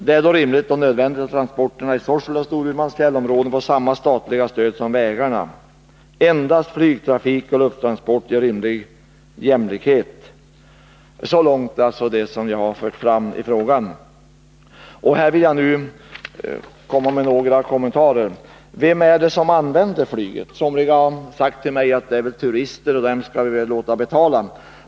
Det är då rimligt och nödvändigt att transporterna i Sorsele och Storumans fjällområden får samma statliga stöd som vägarna. Endast flygtrafik och lufttransport ger rimlig jämlikhet. Så långt det jag har fört fram i min interpellation. Jag vill här lämna några ytterligare kommentarer. Vem är det som använder flyget? Somliga har sagt att det mest är turister och att vi skall låta dem betala.